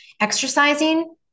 Exercising